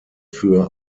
für